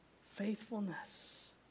faithfulness